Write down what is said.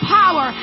power